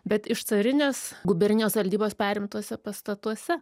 bet iš carinės gubernijos valdybos perimtuose pastatuose